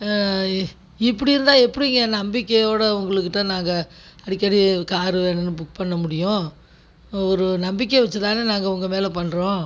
இப்படி இருந்தால் எப்படிங்க நம்பிக்கையோட உங்களுக்கிட்ட நாங்கள் அடிக்கடி கார் வேணும்னு புக் பண்ண முடியும் ஒரு நம்பிக்கையை வெச்சி தான் நாங்கள் உங்கள் மேலே பண்ணுகிறோம்